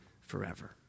forever